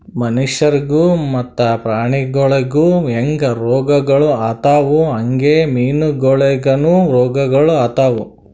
ಮನುಷ್ಯರಿಗ್ ಮತ್ತ ಪ್ರಾಣಿಗೊಳಿಗ್ ಹ್ಯಾಂಗ್ ರೋಗಗೊಳ್ ಆತವ್ ಹಂಗೆ ಮೀನುಗೊಳಿಗನು ರೋಗಗೊಳ್ ಆತವ್